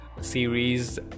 series